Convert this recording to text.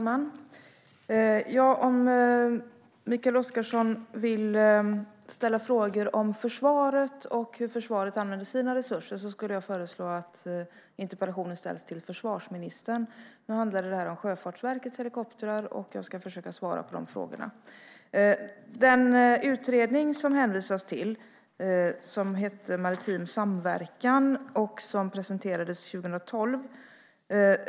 Fru talman! Om Mikael Oscarsson vill ställa frågor om försvaret och hur försvaret använder sina resurser skulle jag föreslå att interpellationen ställs till försvarsministern. Nu handlade det om Sjöfartsverkets helikoptrar, och jag ska försöka svara på de frågorna. Den utredning som det hänvisas till heter Maritim samverkan och presenterades 2012.